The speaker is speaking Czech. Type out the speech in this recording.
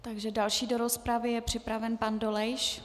Takže další do rozpravy je připravený pan Dolejš.